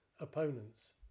opponents